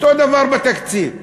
אותו דבר בתקציב.